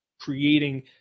creating